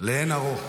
לאין ערוך.